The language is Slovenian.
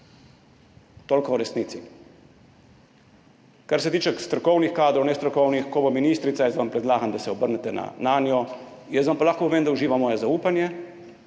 Toliko o resnici. Kar se tiče strokovnih kadrov, nestrokovnih. Ko bo ministrica, jaz vam predlagam, da se obrnete nanjo. Jaz pa vam lahko povem, da uživa moje zaupanje